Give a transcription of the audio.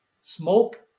smoke